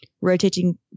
rotating